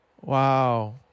Wow